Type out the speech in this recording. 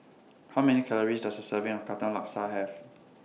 How Many Calories Does A Serving of Katong Laksa Have